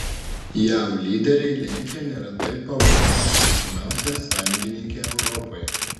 jav lyderiai lenkiją neretai pavadina patikimiausia sąjungininke europoje